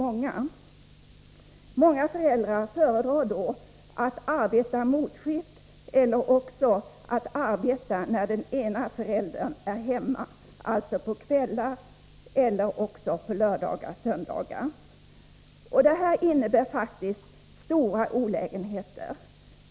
En hel del föräldrar föredrar då att arbeta motskift eller på kvällar och veckoslut. Detta innebär faktiskt stora olägenheter.